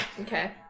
Okay